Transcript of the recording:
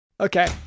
Okay